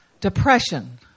depression